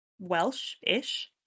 Welsh-ish